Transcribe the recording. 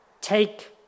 take